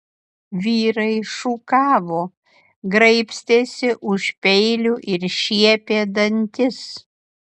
vyrai šūkavo graibstėsi už peilių ir šiepė dantis